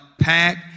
pack